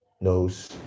knows